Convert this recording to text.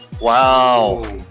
Wow